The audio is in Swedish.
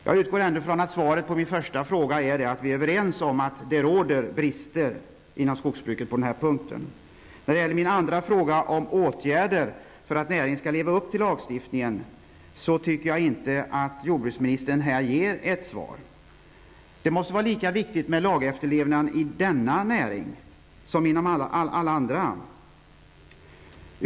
Jag utgår ändå från att svaret på min första fråga är att vi är överens om att det råder brister i skogsbruket på den här punkten. När det gäller min andra fråga om åtgärder för att näringen skall kunna leva upp till lagstiftningens målsättning, tycker jag inte att jordbruksministern ger ett svar. Det måste vara lika viktigt med lagefterlevnaden inom denna näring som inom alla andra.